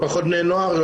פחות בני נוער,